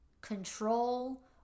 control